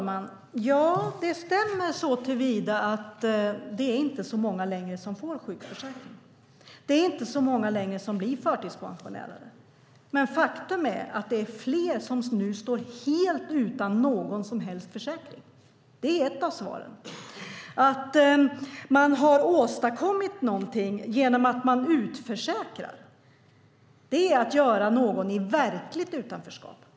Herr talman! Det stämmer att det inte längre är så många som får sjukförsäkring och att det inte längre är så många som blir förtidspensionärer. Men faktum är att det är fler som nu står helt utan någon som helst försäkring. Det är ett av svaren. Genom att utförsäkra försätter man någon i verkligt utanförskap.